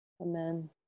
Amen